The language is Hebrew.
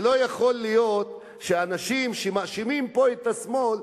זה לא יכול להיות שאנשים שמאשימים פה את השמאל,